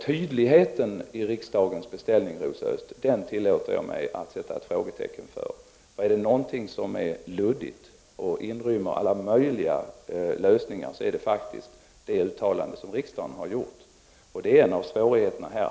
Tydligheten i riksdagens beställning tillåter jag mig att sätta ett frågetecken för, Rosa Östh. Är det någonting som är luddigt och inrymmer alla möjliga lösningar så är det faktiskt det uttalande som riksdagen har gjort. Det är en av svårigheterna här.